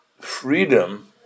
freedom